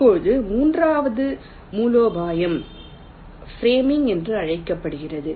இப்போது மூன்றாவது மூலோபாயம் ஃப்ரேமிங் என்று அழைக்கப்படுகிறது